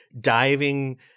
diving